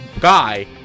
guy